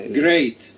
great